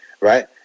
right